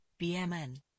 BMN